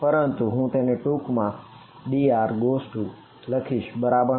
પરંતુ હું તેને ટૂંકમાં dr લખીશ બરાબર